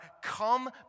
come